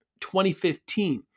2015